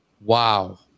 wow